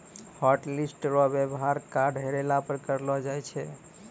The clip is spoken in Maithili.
हॉटलिस्ट रो वेवहार कार्ड हेरैला पर करलो जाय छै